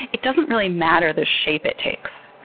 it doesn't really matter the shape it takes.